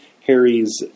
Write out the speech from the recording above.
Harry's